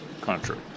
country